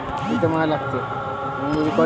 भारतात पिकाचा हंगाम मार्च ते मे दरम्यान असतो